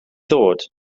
ddod